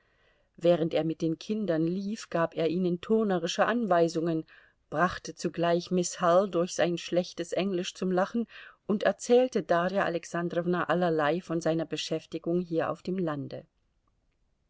während er mit den kindern lief gab er ihnen turnerische anweisungen brachte zugleich miß hull durch sein schlechtes englisch zum lachen und erzählte darja alexandrowna allerlei von seiner beschäftigung hier auf dem lande